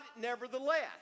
nevertheless